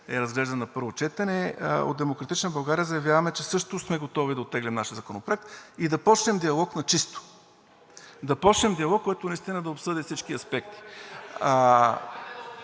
е разглеждан на първо четене, от „Демократична България“ заявяваме, че също сме готови да оттеглим нашия законопроект и да започнем диалог на чисто – да започнем диалог, който наистина да обсъди всички аспекти.